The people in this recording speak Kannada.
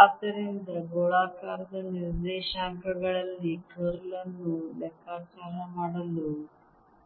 ಆದ್ದರಿಂದ ಗೋಳಾಕಾರದ ನಿರ್ದೇಶಾಂಕಗಳಲ್ಲಿ ಕರ್ಲ್ ಅನ್ನು ಲೆಕ್ಕಾಚಾರ ಮಾಡಲು